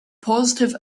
positive